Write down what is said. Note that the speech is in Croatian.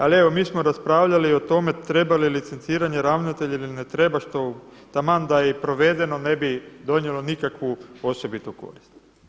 Ali evo mi smo raspravljali o tome treba li licenciranje ravnatelja ili ne treba što taman da je i provedeno ne bi donijelo nikakvu osobitu korist.